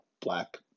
black